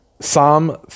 Psalm